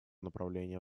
направления